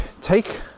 take